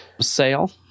sale